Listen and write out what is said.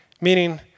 Meaning